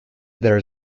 there